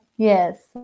Yes